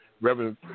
Reverend